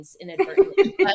inadvertently